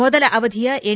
ಮೊದಲ ಅವಧಿಯ ಎನ್